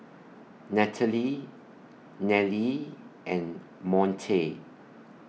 Nathaly Nellie and Monte